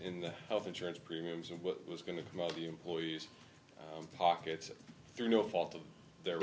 in health insurance premiums of what was going to come out of the employee's pocket through no fault of their